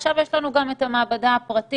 ועכשיו יש לנו גם את המעבדה הפרטית,